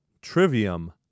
Trivium